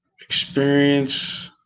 experience